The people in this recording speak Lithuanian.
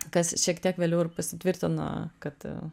kas šiek tiek vėliau ir pasitvirtino kad